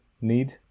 need